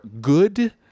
good